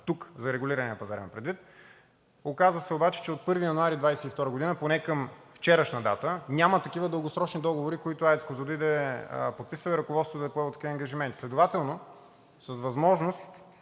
за регулирания пазар. Оказа се обаче, че от 1 януари 2022 г., поне към вчерашна дата, няма такива дългосрочни договори, които АЕЦ „Козлодуй“ да е подписала и ръководството да е поело такива ангажименти. Следователно с възможност